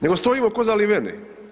Nego stojimo ko zaliveni.